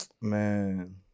man